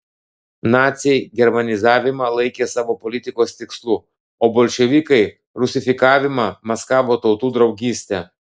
naciai germanizavimą laikė savo politikos tikslu o bolševikai rusifikavimą maskavo tautų draugyste